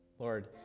Lord